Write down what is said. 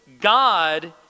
God